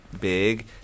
big